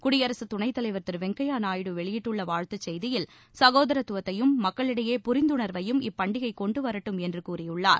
குடியரசு துணைத் தலைவர் திரு வெங்கய்யா நாயுடு வெளிட்டுள்ள வாழ்த்து செய்தியில் சகோதரத்துவத்தையும் மக்களிடையே புரிந்துணர்வையும் இப்பண்டிகை கொண்டு வரட்டும் என்று கூறியுள்ளார்